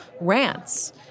rants